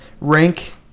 Rank